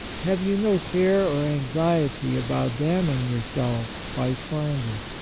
have you no care or anxiety about damning yourself by slander?